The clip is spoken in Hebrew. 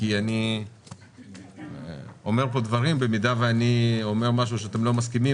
כי אני אומר פה דברים במידה ואני אומר משהו שאתם לא מסכימים